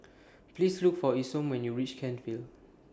Please Look For Isom when YOU REACH Kent Vale